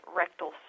rectal